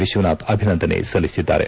ವಿಶ್ವನಾಥ್ ಅಭಿನಂದನೆ ಸಲ್ಲಿಸಿದ್ದಾರೆ